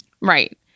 Right